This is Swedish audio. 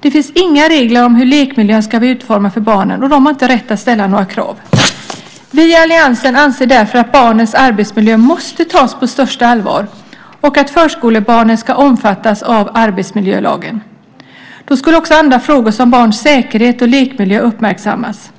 Det finns inga regler om hur lekmiljön ska vara utformad för barnen, och de har inte rätt att ställa några krav. Vi i alliansen anser därför att barnens arbetsmiljö måste tas på större allvar och att förskolebarnen ska omfattas av arbetsmiljölagen. Då skulle också andra frågor som barns säkerhet och lekmiljö uppmärksammas.